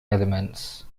elements